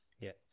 Yes